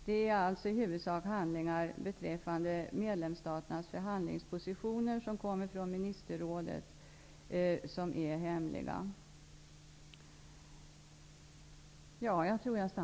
Det är alltså i huvudsak handlingar beträffande medlemsstaternas förhandlingspositioner som kommer från Ministerrådet som är hemliga.